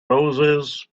roses